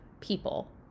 people